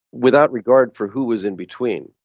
without regard for who was in between.